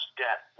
debt